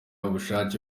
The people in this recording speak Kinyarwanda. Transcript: ubushake